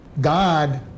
God